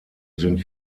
sind